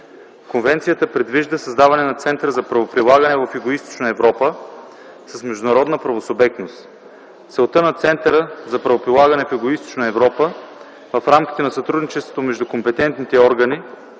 Конвенцията предвижда създаване на Център за правоприлагане в Югоизточна Европа с международна правосубектност. Целта на Центъра в рамките на сътрудничеството между компетентните органи